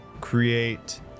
create